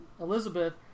Elizabeth